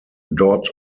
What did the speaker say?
dot